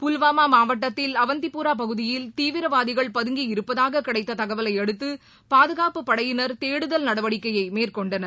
புல்வாமா மாவட்டத்தில் அவந்திபுரா பகுதியில் தீவிரவாதிகள் பதங்கி இருப்பதாகக் கிடைத்த தகவலை அடுத்து பாதுகாப்புப் படையினர் தேடுத்ல் நடவடிக்கையை மேற்கொண்டனர்